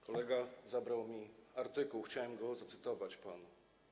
Kolega zabrał mi artykuł, chciałem go zacytować panu.